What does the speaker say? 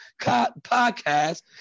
podcast